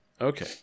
Okay